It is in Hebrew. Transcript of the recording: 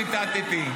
ציטטתי.